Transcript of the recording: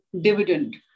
dividend